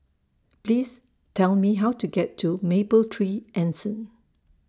Please Tell Me How to get to Mapletree Anson